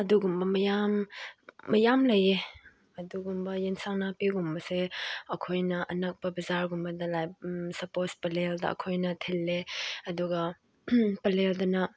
ꯑꯗꯨꯒꯨꯝꯕ ꯃꯌꯥꯝ ꯃꯌꯥꯝ ꯂꯩꯌꯦ ꯑꯗꯨꯒꯨꯝꯕ ꯑꯦꯟꯁꯥꯡ ꯅꯥꯄꯤꯒꯨꯝꯕꯁꯦ ꯑꯩꯈꯣꯏꯅ ꯑꯅꯛꯄ ꯕꯖꯥꯔꯒꯨꯝꯕꯗ ꯂꯥꯏꯛ ꯁꯄꯣꯖ ꯄꯂꯦꯜꯗ ꯑꯩꯈꯣꯏꯅ ꯊꯤꯜꯂꯦ ꯑꯗꯨꯒ ꯄꯂꯦꯜꯗꯅ